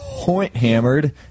pointhammered